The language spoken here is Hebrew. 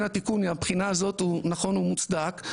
התיקון היא הבחינה הזאת הוא נכון ומוצדק,